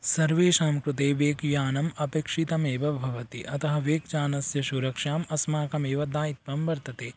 सर्वेषां कृते वेगयानम् अपेक्षितमेव भवति अतः वेगयानस्य सुरक्षा अस्माकमेव दायित्वं वर्तते